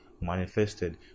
Manifested